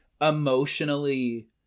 emotionally